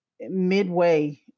midway